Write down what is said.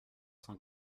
cent